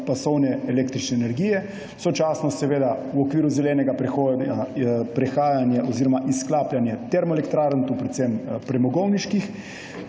pasovne električne energije, sočasno seveda v okviru zelenega prehoda, izklapljanje termoelektrarn, predvsem premogovniških.